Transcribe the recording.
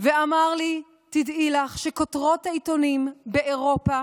ואמר לי: תדעי לך שכותרות העיתונים באירופה